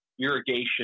irrigation